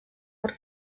per